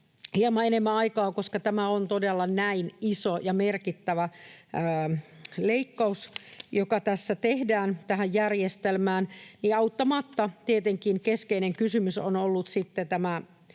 hieman enemmän aikaa, koska tämä on todella näin iso ja merkittävä leikkaus, joka tässä tehdään tähän järjestelmään. Auttamatta tietenkin keskeinen kysymys on ollut sitten tämä